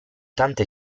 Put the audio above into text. tante